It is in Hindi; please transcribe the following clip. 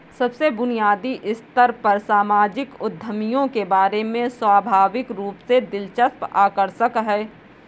सबसे बुनियादी स्तर पर सामाजिक उद्यमियों के बारे में स्वाभाविक रूप से दिलचस्प आकर्षक है